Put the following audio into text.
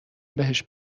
بهش